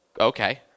Okay